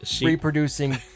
reproducing